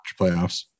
playoffs